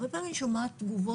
הרבה פעמים אני גם שומעת תגובות,